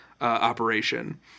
operation